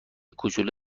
کوچولو